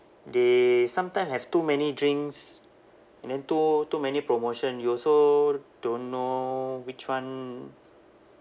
they sometime have too many drinks and then too too many promotion you also don't know which one